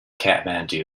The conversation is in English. kathmandu